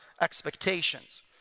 expectations